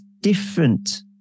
different